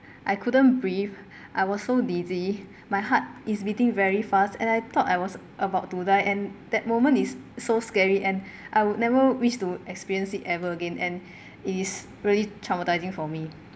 I couldn't breathe I was so dizzy my heart is beating very fast and I thought I was about to die and that moment is so scary and I would never wish to experience it ever again and it is really traumatising for me